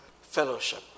fellowship